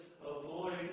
avoid